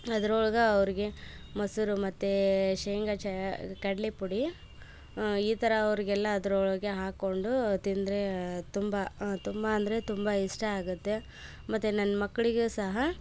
ಅದ್ರೊಳಗ ಅವರಿಗೆ ಮೊಸರು ಮತ್ತು ಶೇಂಗ ಚ ಕಡಲೆ ಪುಡಿ ಈ ಥರ ಅವರಿಗೆಲ್ಲ ಅದರೊಳಗೆ ಹಾಕೊಂಡು ತಿಂದರೆ ತುಂಬ ತುಂಬಾ ಅಂದರೆ ತುಂಬಾ ಇಷ್ಟ ಆಗುತ್ತೆ ಮತ್ತು ನನ್ನ ಮಕ್ಳಿಗು ಸಹ